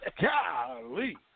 Golly